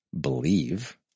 believe